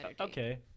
okay